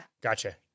Gotcha